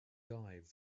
dive